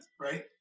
right